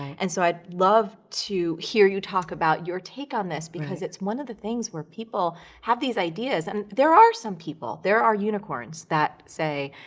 and so i'd love to hear you talk about your take on this because it's one of the things where people have these ideas. and there are some people, there are unicorns that say,